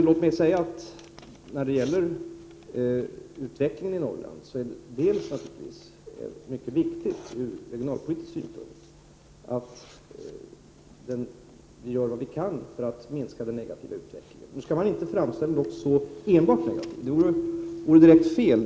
Låt mig säga att det naturligtvis är mycket viktigt ur regionalpolitisk synpunkt att vi gör vad vi kan för att minska den negativa utvecklingen i Norrland. Nu skall man inte framställa något som enbart negativt. Det vore direkt fel.